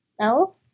No